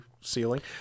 ceiling